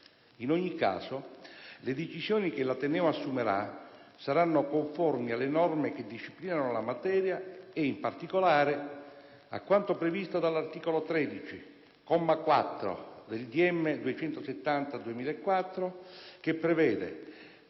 In ogni caso le decisioni che l'ateneo assumerà saranno conformi alle norme che disciplinano la materia e, in particolare, a quanto previsto dall'articolo 13, comma 4, del decreto